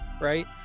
Right